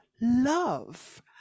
love